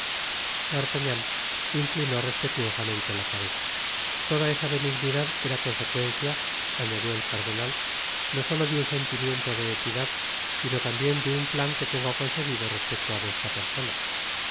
google book search generated at toda esa benignidad era consecuencia añadió el cardenal no solo de un sentimiento de equidad sino tambien de un plan que tengo concebido respecto á vuestra persona